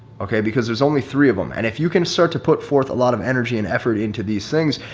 okay? because there's only three of them. and if you can start to put forth a lot of energy and effort into these things,